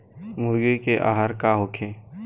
मुर्गी के आहार का होखे?